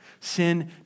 Sin